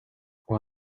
och